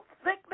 sickness